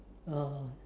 oh